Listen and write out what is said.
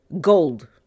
Gold